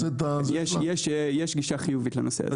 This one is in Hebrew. יש גישה חיובית לנושא הזה.